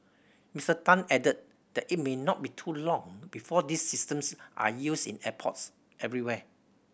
Mister Tan added that it may not be too long before these systems are used in airports everywhere